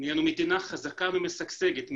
אנחנו מדינה חזקה ומשגשגת,